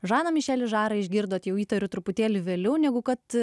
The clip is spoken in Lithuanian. žaną mišelį žarą išgirdote jau įtariu truputėlį vėliau negu kad